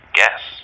guess